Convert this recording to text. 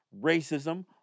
racism